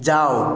যাও